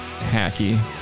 hacky